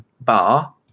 bar